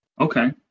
Okay